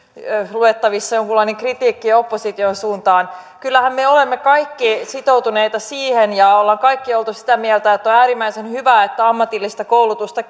luettavissa jonkunlainen kritiikki opposition suuntaan kyllähän me olemme kaikki sitoutuneita siihen ja olemme kaikki olleet sitä mieltä että on äärimmäisen hyvä että ammatillista koulutusta